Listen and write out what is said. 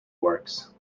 works